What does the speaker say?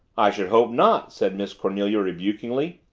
i should hope not, said miss cornelia rebukingly.